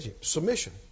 submission